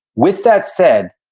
with that said,